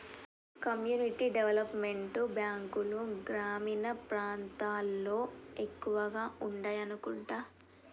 community development బ్యాంకులు గ్రామీణ ప్రాంతాల్లో ఎక్కువగా ఉండాయనుకుంటా